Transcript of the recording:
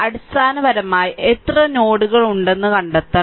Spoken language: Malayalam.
അടിസ്ഥാനപരമായി എത്ര നോഡുകൾ ഉണ്ടെന്ന് കണ്ടെത്തണം